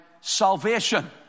salvation